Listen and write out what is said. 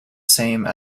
same